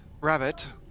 Rabbit